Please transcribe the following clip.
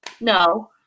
No